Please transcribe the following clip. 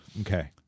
Okay